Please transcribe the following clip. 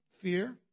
fear